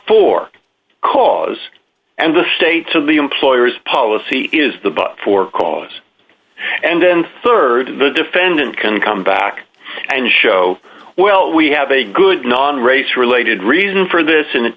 for cause and the state to the employer's policy is the but for cause and then rd the defendant can come back and show well we have a good non race related reason for this and it